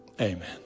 Amen